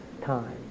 time